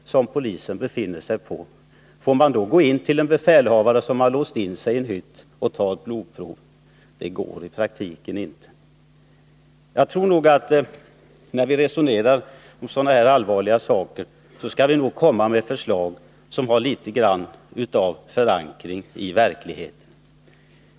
Får polisen då gå in till en befälhavare som har låst in sig i en hytt och ta ett blodprov? Det går i praktiken inte. När vi diskuterar så här allvarliga saker skall vi nog komma med förslag som har någon förankring i verkligheten.